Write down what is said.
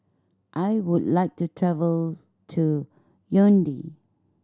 I would like to travel to Yaounde